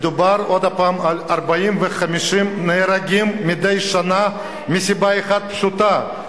מדובר על 40 ו-50 הרוגים מדי שנה מסיבה אחת פשוטה,